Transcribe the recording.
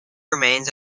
remains